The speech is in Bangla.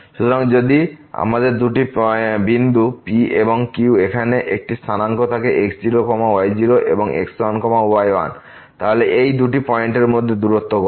সুতরাং যদি আমাদের দুটি বিন্দু P এবং Q এখানে দুটি স্থানাঙ্ক থাকে x0 y0 এবং x1 y1 তাহলে এই দুই পয়েন্টের মধ্যে দূরত্ব কত